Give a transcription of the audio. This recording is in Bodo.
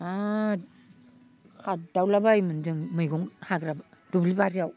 आद खारदावलाबायोमोन जों मैगं हाग्रा दुब्लिबारियाव